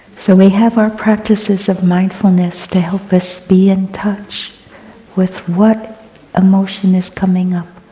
so we have our practices of mindfulness to help us be in touch with what emotion is coming up,